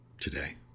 today